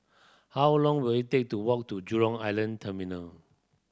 how long will it take to walk to Jurong Island Terminal